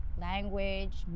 language